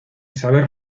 saber